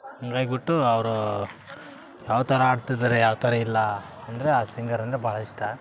ಹಂಗಾಗ್ಬಿಟ್ಟು ಅವರೂ ಯಾವ ಥರ ಹಾಡ್ತಿದಾರೆ ಯಾವ ಥರ ಇಲ್ಲ ಅಂದರೆ ಆ ಸಿಂಗರ್ ಅಂದರೆ ಭಾಳ ಇಷ್ಟ